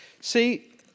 See